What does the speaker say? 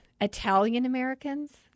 Italian-Americans